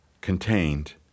contained